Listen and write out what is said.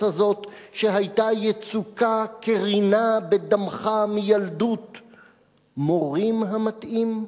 הזאת,/ שהיתה יצוקה כרינה בדמך מילדות?/ מורים המתעים?